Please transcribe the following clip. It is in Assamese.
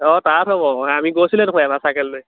অঁ তাত হ'ব আমি গৈছিলোঁৱে দেখোন এবাৰ চাইকেল লৈ